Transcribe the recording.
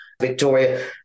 Victoria